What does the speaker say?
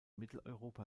mitteleuropa